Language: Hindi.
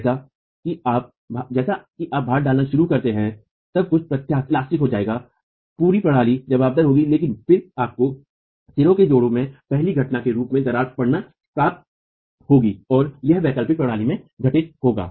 तो जैसा कि आप भार डालना शुरू करते हैं सब कुछ प्रत्यास्थ हो जायेगा पूरी प्रणाली जवाबदार होगी लेकिन फिर आपको सिरों के जोड़ों में पहली घटना के रूप में दरार पड़ती प्राप्त होगी और यह वैकल्पिक प्रणाली में घटित होगा